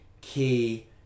key